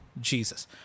Jesus